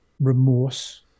remorse